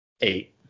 eight